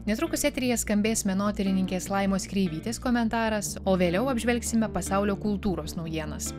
netrukus eteryje skambės menotyrininkės laimos kreivytės komentaras o vėliau apžvelgsime pasaulio kultūros naujienas